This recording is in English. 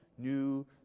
new